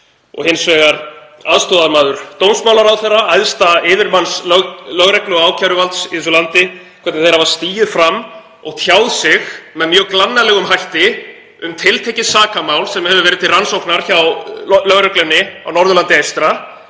og hins vegar aðstoðarmaður dómsmálaráðherra, æðsta yfirmanns lögreglu og ákæruvalds í þessu landi, hafa stigið fram og tjáð sig með mjög glannalegum hætti um tiltekið sakamál sem hefur verið til rannsóknar hjá lögreglunni á Norðurlandi eystra,